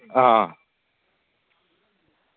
आं